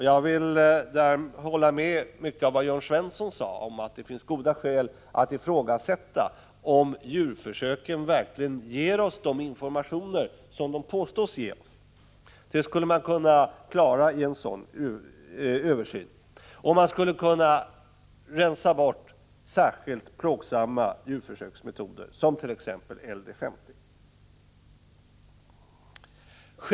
Jag vill där instämma i mycket av vad Jörn Svensson sade om att det finns goda skäl att ifrågasätta om djurförsök verkligen ger oss de informationer som de påstås ge; det skulle man kunna klara i en sådan översyn. Man skulle också kunna rensa bort särskilt plågsamma djurförsöksmetoder, t.ex. LD 50.